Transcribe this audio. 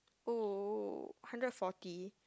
oh oh hundred forty